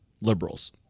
liberals